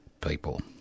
people